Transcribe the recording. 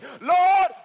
Lord